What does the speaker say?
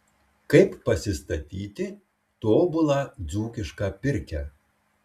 kaip pasistatyti tobulą dzūkišką pirkią